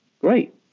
great